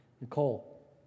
Nicole